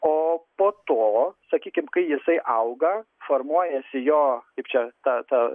o po to sakykim kai jisai auga formuojasi jo kaip čia ta ta